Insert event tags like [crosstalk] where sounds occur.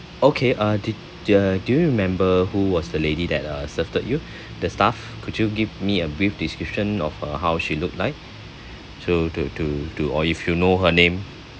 okay uh did uh do you remember who was the lady that uh served you [breath] the staff could you give me a brief description of her how she look like so to to to or if you know her name